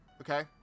Okay